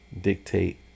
dictate